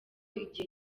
igihe